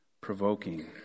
provoking